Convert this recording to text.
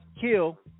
kill